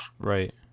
right